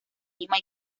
lima